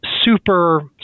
super